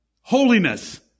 holiness